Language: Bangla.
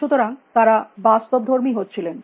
সুতরাং তারা বাস্তবধর্মী হচ্ছিলেন